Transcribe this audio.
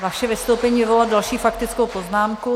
Vaše vystoupení vyvolalo další faktickou poznámku.